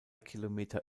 kilometer